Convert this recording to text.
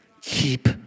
Keep